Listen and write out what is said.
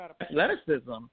Athleticism